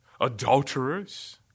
adulterers